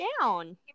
down